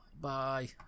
Bye